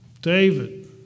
David